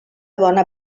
bona